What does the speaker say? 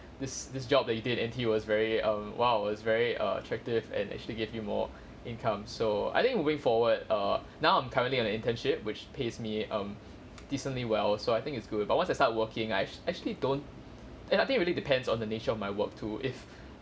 this this job that you did and it was very uh !wow! was very err attractive and actually give you more income so I think moving forward err now I'm currently on an internship which pays me um decently well so I think it's good but once I start working I actua~ actually don't I think really depends on the nature of my work too if